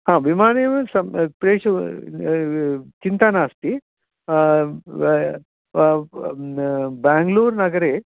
हा विमानेव प्रेष चिन्ता नास्ति बेङ्गलूर्नगरे